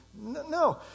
No